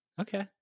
Okay